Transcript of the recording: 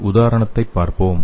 ஒரு உதாரணத்தைப் பார்ப்போம்